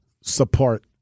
support